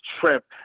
trip